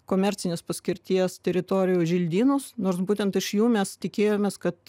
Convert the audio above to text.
komercinės paskirties teritorijų želdynus nors būtent iš jų mes tikėjomės kad